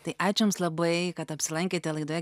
tai ačiū jums labai kad apsilankėte laidoje